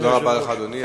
תודה רבה לך, אדוני.